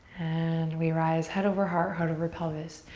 and we rise head over heart, heart over pelvis.